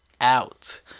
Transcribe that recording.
out